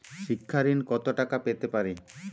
শিক্ষা ঋণ কত টাকা পেতে পারি?